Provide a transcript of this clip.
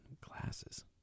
glasses